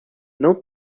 não